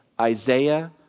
Isaiah